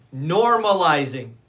normalizing